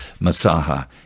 Masaha